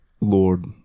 Lord